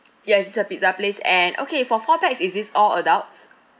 yes it's a pizza place and okay four pax is this all adults